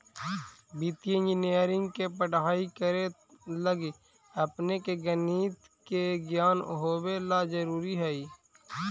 वित्तीय इंजीनियरिंग के पढ़ाई करे लगी अपने के गणित के ज्ञान होवे ला जरूरी हई